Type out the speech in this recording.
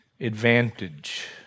advantage